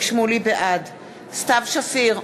בעד סתיו שפיר,